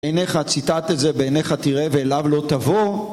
בעיניך ציטטת זה, בעיניך תראה ואליו לא תבוא.